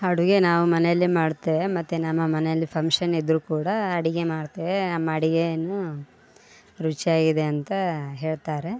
ಅಡುಗೆ ನಾವು ಮನೆಯಲ್ಲೇ ಮಾಡ್ತೇವೆ ಮತ್ತು ನಮ್ಮ ಮನೆಯಲ್ಲಿ ಫಂಕ್ಷನ್ ಇದ್ದರೂ ಕೂಡ ಅಡುಗೆ ಮಾಡ್ತೇವೆ ನಮ್ಮ ಅಡುಗೆಯನ್ನು ರುಚಿಯಾಗಿದೆ ಅಂತ ಹೇಳ್ತಾರೆ